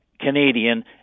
Canadian